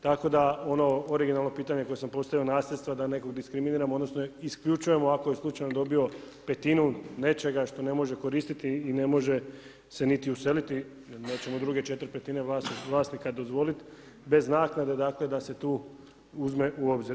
Tako da ono originalno pitanje, koje sam postavio, nasljedstva, da nekog diskriminirano, odnosno, isključujemo, ako je slučajno dobio petinu nečega što ne može koristiti i ne može se useliti, da ćemo drugome 4/5 vlasnika dozvoliti, bez naknade da se tu uzme u obzir.